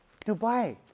Dubai